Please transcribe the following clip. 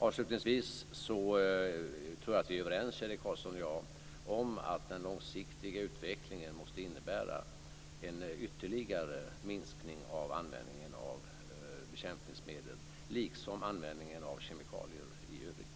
Avslutningsvis tror jag att Kjell-Erik Karlsson och jag är överens om att den långsiktiga utvecklingen måste innebära en ytterligare minskning av användningen av bekämpningsmedel liksom användningen av kemikalier i övrigt.